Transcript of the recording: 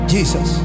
Jesus